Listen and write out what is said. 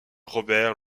robert